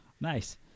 Nice